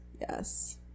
Yes